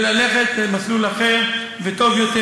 וללכת למסלול אחר וטוב יותר.